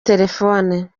telefone